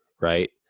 right